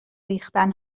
ریختن